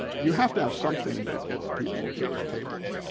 you have to have something that gets people to the table.